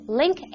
link